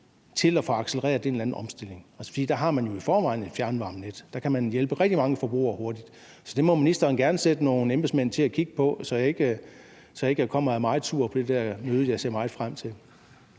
til at få accelereret en eller anden omstilling? Der har man jo i forvejen et fjernvarmenet, så der kan man hjælpe rigtig mange forbrugere hurtigt. Det må ministeren gerne sætte nogle embedsmænd til at kigge på, så jeg ikke kommer og er meget sur på det der møde, jeg ser meget frem til.